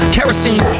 Kerosene